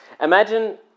Imagine